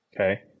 Okay